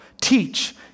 Teach